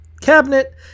cabinet